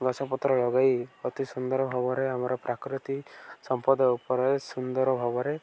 ଗଛପତ୍ର ଲଗାଇ ଅତି ସୁନ୍ଦର ଭାବରେ ଆମର ପ୍ରାକୃତି ସମ୍ପଦ ଉପରେ ସୁନ୍ଦର ଭାବରେ